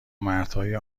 مردهای